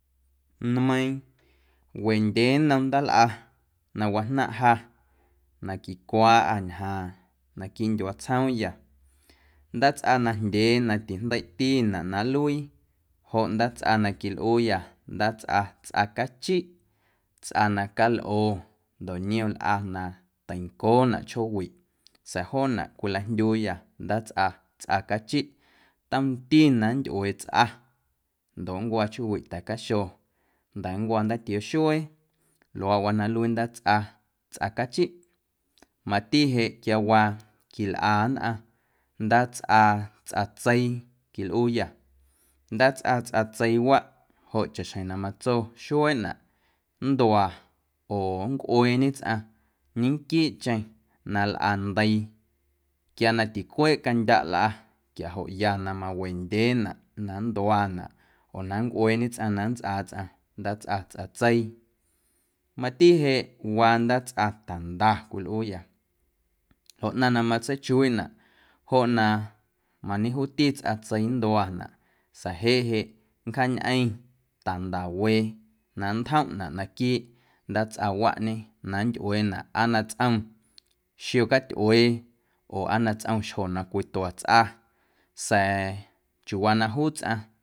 Nmeiiⁿ wendyee nnom ndaalꞌa na wajnaⁿꞌ ja na quicwaaꞌâ ñjaaⁿ naquiiꞌ ndyuaa tsjoomyâ. Ndaatsꞌa najndyee na tijndeiꞌtinaꞌ na nluii joꞌ ndaatsꞌa na quilꞌuuyâ, ndaatsꞌa tsꞌa cachiꞌ tsꞌa na calꞌo ndoꞌ niom lꞌa na teincoonaꞌ chjoowiꞌ sa̱a̱ jonaꞌ cwilajndyuuya ndaatsꞌa tsꞌa cachiꞌ tomti na nntyꞌuee tsꞌa ndoꞌ nncwa chjoowiꞌ ta̱caxo nda̱ nncwa ndaatioo xuee luaaꞌwaa na nluii ndaatsꞌa tsꞌa cachiꞌ, mati jeꞌ quiawaa quilꞌa nnꞌaⁿ ndaatsꞌa tsꞌatseii quilꞌuuyâ ndaatsꞌa tsꞌatseiiwaꞌ joꞌ chaꞌxjeⁿ na matso xueeꞌnaꞌ nndua oo nncꞌueeñe tsꞌaⁿ ñenquiiꞌcheⁿ na lꞌandeii quia na ticweeꞌ candyaꞌ lꞌa quiajoꞌ ya na mawendyeenaꞌ na nntuanaꞌ oo na nncꞌueeñe tsꞌaⁿ na nntsꞌaa tsꞌaⁿ ndaatsꞌa tsꞌatseii, mati jeꞌ waa ndaatsꞌa tanda cwilꞌuuyâ ljoꞌ ꞌnaⁿ na masteichuiiꞌnaꞌ joꞌ na mañejuuti tsꞌatseii nntuanaꞌ sa̱a̱ jeꞌ jeꞌ nncjaañꞌeⁿ tandawee na nntjomꞌnaꞌ naquiiꞌ ndaatsꞌawaꞌñe na nntyꞌueenaꞌ aa tsꞌom xio catyꞌuee oo aa na tsꞌom xjo na cwitua tsꞌa sa̱a̱ chiuuwaa na juu tsꞌaⁿ.